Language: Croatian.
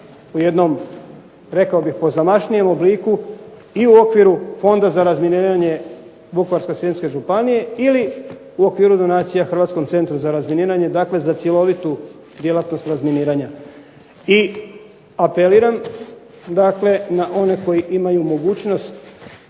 u jednom pozamašnijem obliku i u okviru Fonda za razminiranje Vukovarsko-srijemske županije ili u okviru Hrvatskom centru za razminiranje dakle za cjelovitu djelatnost razminiranja. I apeliram na one koji imaju mogućnost